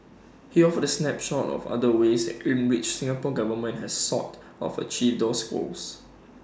he offered the snapshot of other ways in which the Singapore Government has sought of achieve those goals